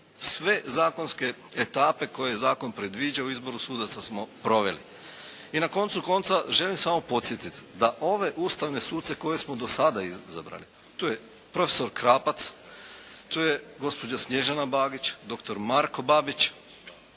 sve zakonske etape koje zakon predviđa u izboru sudaca smo proveli. I na koncu konca želim samo podsjetiti da ove ustavne suce koje smo do sada izabrali to je profesor Krapac, to je gospođa Snježana Bagić, doktor Marko Babić,